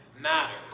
matters